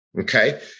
Okay